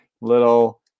little